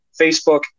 Facebook